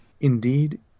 Indeed